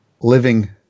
living